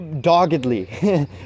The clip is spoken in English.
doggedly